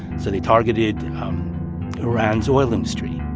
so they targeted iran's oil industry